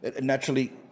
naturally